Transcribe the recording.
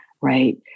right